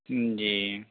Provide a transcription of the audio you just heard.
जी